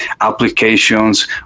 applications